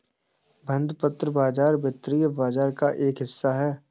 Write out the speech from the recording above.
बंधपत्र बाज़ार वित्तीय बाज़ार का एक हिस्सा है